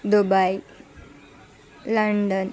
Dubai London